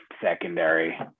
secondary